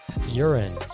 Urine